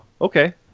okay